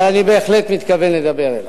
אבל אני בהחלט מתכוון לדבר אליו.